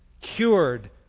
cured